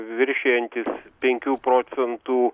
viršijantys penkių procentų